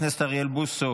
חיילים שנספו במערכה),